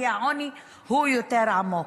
כי העוני הוא יותר עמוק.